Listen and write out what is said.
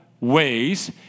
ways